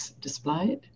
displayed